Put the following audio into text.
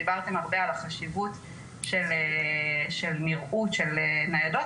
דיברתם הרבה על החשיבות של נראות של ניידות,